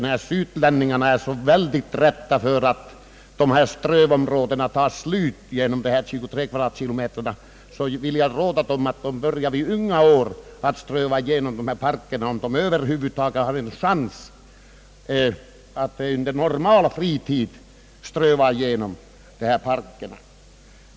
När sydlänningarna är så rädda för att dessa strövområden tar slut om ytterligare 23 kvadratkilometer överdämmes, så vill jag råda dem att börja vid unga år att ströva igenom parkerna, om de över huvud taget vill ha en chans att under normal fritid hinna ströva igenom parkerna.